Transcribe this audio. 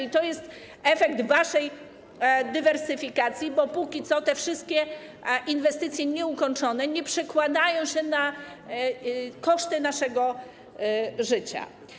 I to jest efekt waszej dywersyfikacji, bo póki co te wszystkie inwestycje nieukończone nie przekładają się na koszty naszego życia.